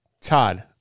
todd